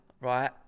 right